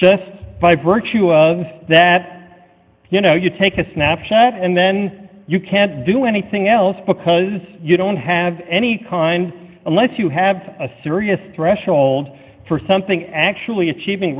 just by virtue of that you know you take a snapshot and then you can't do anything else because you don't have any kind unless you have a serious threshold for something actually achieving